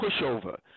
pushover